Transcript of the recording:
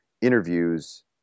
interviews